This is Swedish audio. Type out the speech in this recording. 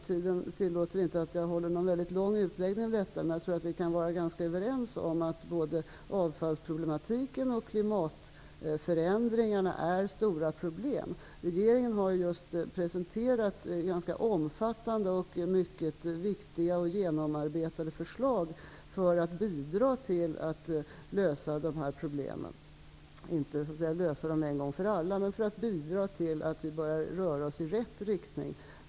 Tiden tillåter inte att jag håller en lång utläggning om detta, men vi kan vara överens om att både avfallsproblematiken och klimatförändringarna är stora problem. Regeringen har just presenterat ganska omfattande, viktiga och genomarbetade förslag för att bidra till att lösa dessa problem, inte lösa dem en gång för alla men för att bidra till att vi börjar röra oss i rätt riktning.